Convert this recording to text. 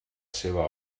seua